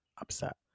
upset